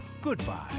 Goodbye